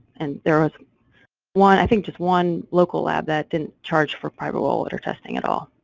and there was one, i think just one, local lab that didn't charge for private well it or testing it all.